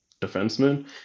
defenseman